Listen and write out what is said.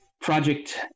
project